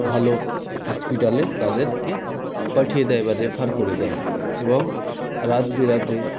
ভালো হসপিটালে তাদেরকে পাঠিয়ে দেয় বা রেফার করে দেয় এবং রাতবিরেতে